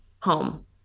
home